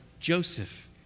Joseph